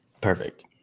Perfect